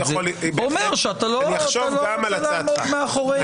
אומר שאתה לא רוצה לעמוד מאחורי זה.